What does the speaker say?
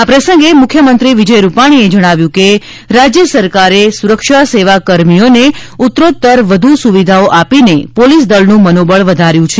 આ પ્રસંગે મુખ્યમંત્રી વિજય રૂપાણીએ જણાવ્યું હતું કે રાજ્ય સરકારે સુરક્ષા સેવા કર્મીઓને ઉત્તરોત્તર વધુ સુવિધાઓ આપીને પોલીસ દળનું મનોબળ વધાર્યું છે